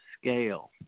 scale